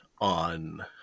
on